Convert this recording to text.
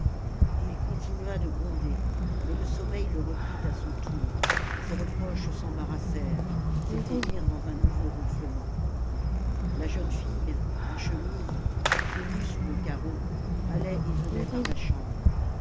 il continua de gronder mais le sommeil le reprit à son tour ses reproches s'embarrassèrent s'éteignirent dans un nouveau ronflement la jeune fille en chemise pieds nus sur le carreau allait et venait par la chambre